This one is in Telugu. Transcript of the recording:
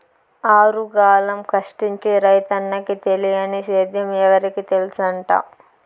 ఆరుగాలం కష్టించి రైతన్నకి తెలియని సేద్యం ఎవరికి తెల్సంట